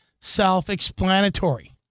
self-explanatory